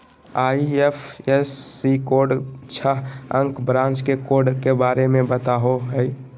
IFSC code छह अंक branch के कोड के बारे में बतावो हइ